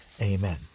Amen